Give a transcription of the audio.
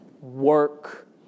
work